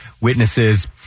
witnesses